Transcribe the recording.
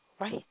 right